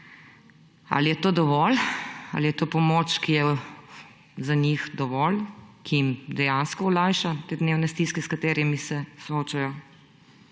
Ali je to dovolj? Ali je to pomoč, ki je za njih dovolj, ki jim dejansko olajša te dnevne stiske, s katerimi se soočajo?